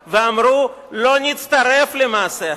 ואמרו: לא נצטרף למעשה הזה,